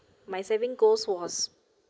my saving goals was